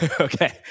Okay